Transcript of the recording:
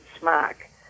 smack